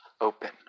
open